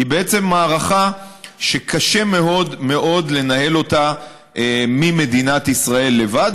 היא מערכה שקשה מאוד מאוד לנהל אותה ממדינת ישראל לבד,